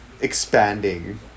expanding